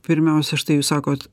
pirmiausia štai jūs sakot